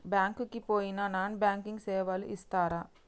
Bank కి పోయిన non banking సేవలు చేస్తరా?